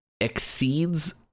exceeds